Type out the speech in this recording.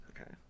Okay